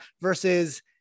versus